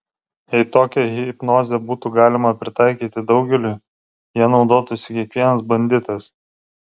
jei tokią hipnozę būtų galima pritaikyti daugeliui ja naudotųsi kiekvienas banditas